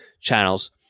channels